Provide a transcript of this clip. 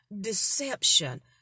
deception